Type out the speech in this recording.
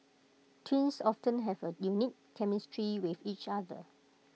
twin have A unique chemistry with each other